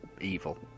evil